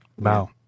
Wow